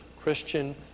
Christian